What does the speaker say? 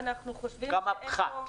כמה פחת.